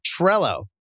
Trello